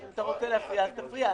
אתה רוצה להפריע, אז תפריע.